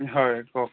হয় কওক